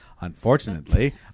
Unfortunately